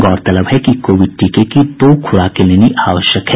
गौरतलब है कि कोविड टीके की दो खुराके लेनी आवश्यक है